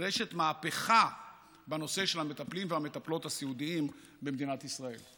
נדרשת מהפכה בנושא של המטפלים והמטפלות הסיעודיים במדינת ישראל.